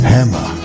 Hammer